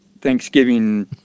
Thanksgiving